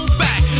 back